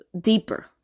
deeper